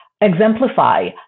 exemplify